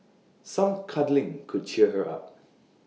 some cuddling could cheer her up